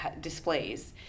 displays